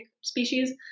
species